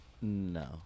No